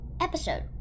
episode